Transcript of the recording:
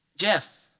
Jeff